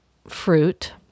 fruit